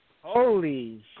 Holy